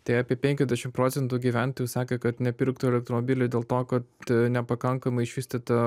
tai apie penkiasdešimt procentų gyventojų sakė kad nepirktų elektromobilio dėl to kad nepakankamai išvystyta